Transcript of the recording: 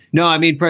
no i mean,